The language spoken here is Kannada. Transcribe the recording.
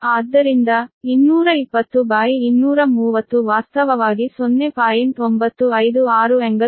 ಆದ್ದರಿಂದ 220230 ವಾಸ್ತವವಾಗಿ 0